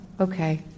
okay